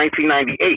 1998